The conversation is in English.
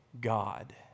God